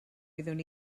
wyddwn